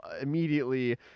immediately